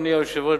אדוני היושב-ראש,